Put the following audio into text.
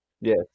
Yes